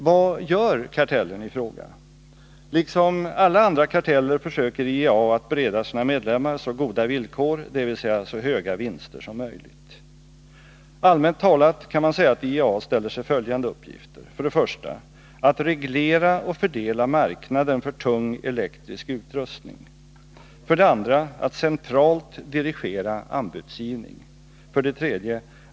Vad gör kartellen i fråga? Liksom alla andra karteller försöker IEA bereda sina medlemmar så goda villkor, dvs. så höga vinster, som möjligt. Allmänt talat kan man säga att IEA ställer sig följande uppgifter: 1. Att reglera och fördela marknaden för tung elektrisk utrustning. 2. Att centralt dirigera anbudsgivning. 3.